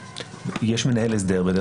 בדרך כלל יש מנהל הסדר.